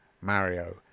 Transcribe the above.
Mario